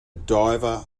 diver